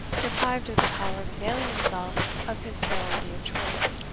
deprived of the power of availing himself of his priority of choice,